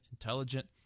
intelligent